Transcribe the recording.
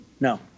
No